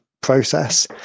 process